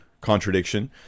contradiction